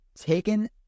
taken